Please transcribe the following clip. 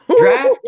Draft